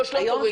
רק שלא תורידי.